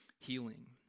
healing